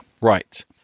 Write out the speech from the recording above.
Right